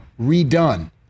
Redone